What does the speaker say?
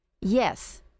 yes